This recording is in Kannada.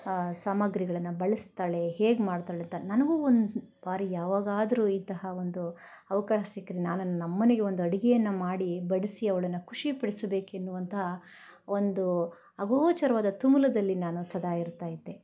ಸಾಮಗ್ರಿಗಳನ್ನು ಬಳಸ್ತಾಳೆ ಹೇಗೆ ಮಾಡ್ತಾಳೆಂತ ನನಗು ಒಂದು ಬಾರಿ ಯಾವಾಗಾದರೂ ಇಂತಹ ಒಂದು ಅವಕಾಶ ಸಿಕ್ಕರೆ ನಾನು ನನ್ನಅಮ್ಮನಿಗೆ ಒಂದು ಅಡುಗೆಯನ್ನ ಮಾಡಿ ಬಡಿಸಿ ಅವಳನ್ನ ಖುಷಿ ಪಡಿಸಬೇಕೆನ್ನುವಂಥಾ ಒಂದು ಅಗೋಚರವಾದ ತುಮುಲದಲ್ಲಿ ನಾನು ಸದಾ ಇರ್ತಾಯಿದ್ದೆ